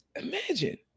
Imagine